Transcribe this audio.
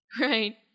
Right